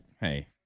hey